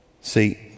See